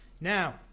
Now